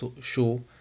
show